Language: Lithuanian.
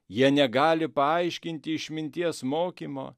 jie negali paaiškinti išminties mokymo